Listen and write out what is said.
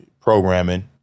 programming